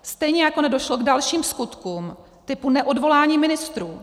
Stejně jako nedošlo k dalším skutkům typu neodvolání ministrů.